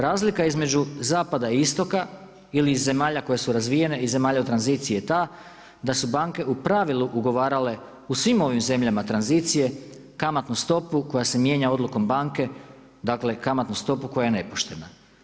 Razlika između zapada i istoka ili iz zemalja koje su razvijene, iz zemalja u tranziciji je ta da su banke u pravilu ugovarale u svim ovim zemljama tranzicije kamatnu stopu koja se mijenja odlukom banke, dakle kamatnu stopu koja je nepoštena.